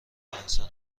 انسان